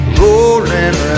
rolling